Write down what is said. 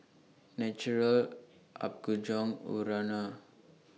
Naturel Apgujeong Urana